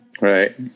Right